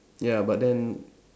ya but then